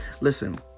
Listen